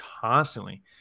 constantly